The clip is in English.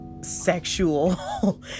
sexual